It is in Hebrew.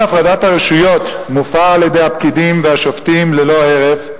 עקרון הפרדת הרשויות מופר על-ידי הפקידים והשופטים ללא הרף.